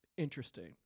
Interesting